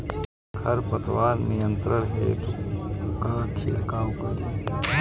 खर पतवार नियंत्रण हेतु का छिड़काव करी?